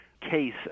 case